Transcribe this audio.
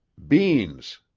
beans,